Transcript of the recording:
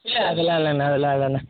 இல்லை அதெலாம் இல்லைண்ண அதெலாம் இல்லைண்ண